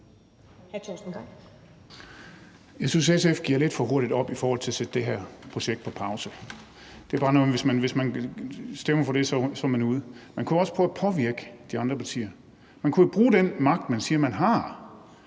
Jeg synes, SF giver lidt for hurtigt op i forhold til at sætte det her projekt på pause. Hvis man stemmer for det, er man ude. Man kunne også prøve at påvirke de andre partier. Man kunne bruge den magt, man siger man har